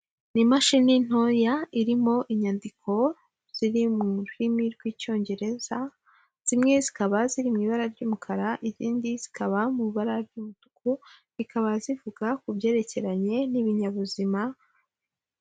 Ni imashini ntoya irimo inyandiko ziri mu rurimi rw'Icyongereza, zimwe zikaba ziri mu ibara ry'umukara izindi zikaba mu ibara ry'umutuku zikaba zivuga ku byerekeranye n'ibinyabuzima...